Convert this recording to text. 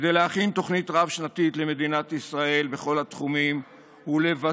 כדי להכין תוכנית רב-שנתית למדינת ישראל בכל התחומים ולבצעה,